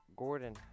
Gordon